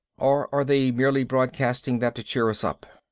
or are they merely broadcasting that to cheer us up?